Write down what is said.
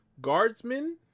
guardsmen